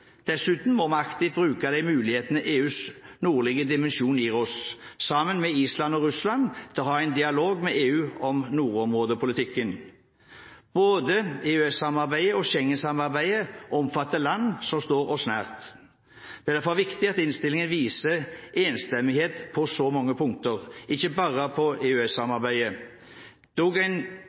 Dessuten må vi aktivt bruke de mulighetene EUs nordlige dimensjon gir oss, sammen med Island og Russland, til å ha en dialog med EU om nordområdepolitikken. Både EØS-samarbeidet og Schengen-samarbeidet omfatter land som står oss nær. Det er derfor viktig at innstillingen viser enstemmighet på så mange punkter, ikke bare når det gjelder EØS-samarbeidet. Det er også en